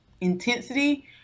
intensity